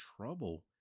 trouble